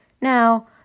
Now